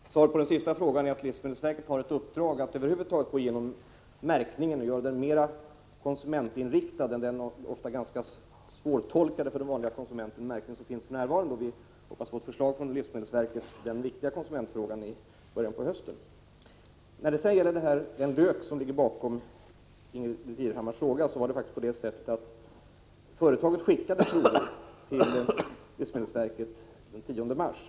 Herr talman! Svaret på den sista frågan är att livsmedelsverket har ett uppdrag att gå igenom all märkning över huvud taget och göra den mera konsumentinriktad än den för konsumenten ofta svårtolkade märkning som finns för närvarande. Vi hoppas få ett förslag från livsmedelsverket i denna viktiga konsumentfråga i början av hösten. När det sedan gäller den lök som Ingbritt Irhammars fråga gällde sände företaget prover till livsmedelsverket den 10 mars.